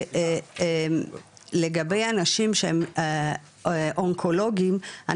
לגבי אנשים שהם אונקולוגים,